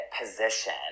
position